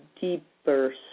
deeper